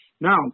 Now